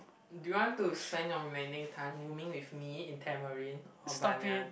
do you want to spend your remaining time roaming with me in Tamarind or Banyan